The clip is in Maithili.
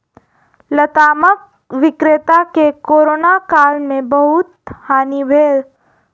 लतामक विक्रेता के कोरोना काल में बहुत हानि भेल